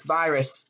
virus